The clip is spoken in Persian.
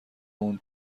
اون